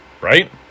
right